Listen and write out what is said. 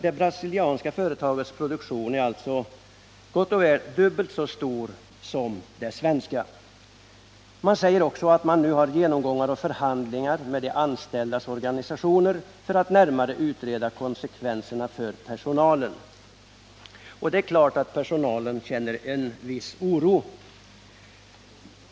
Det brasilianska företagets produktion är alltså gott och väl dubbelt så stor som det svenska företagets. Man meddelar att man nu har genomgångar och förhandlingar med de anställdas organisationer för att närmare utreda konsekvenserna för personalen, och det är klart att personalen känner en viss oro.